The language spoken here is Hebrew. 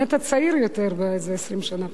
נהיית צעיר יותר ב-20 שנה.